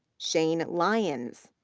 shane lyons,